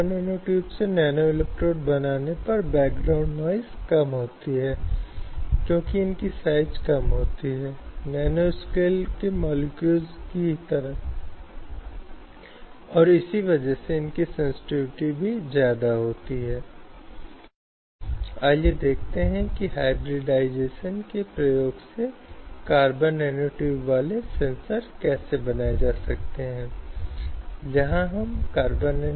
क्योंकि एक कार्यस्थल में काम करने के लिए आपको प्रदर्शन करने की आवश्यकता होती है और इसके लिए आपको कुछ लक्ष्यों को प्राप्त करने की आवश्यकता होती है और जो बहुत मुश्किल हो जाता है वह यह है कि महिलाओं के लिए यह नकारात्मक व्यवहार या प्रतिकूल व्यवहार का सामना करना पड़ता है जो उनके प्रति दिखाया जाता है उन्हें समायोजित करना बहुत मुश्किल लगता है और अपने आप को पर्यावरण के अनुकूल बनाएं और अच्छा प्रदर्शन करें और संगठन के नियोक्ता की संतुष्टि के लिए प्रदर्शन करें